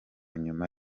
nyuma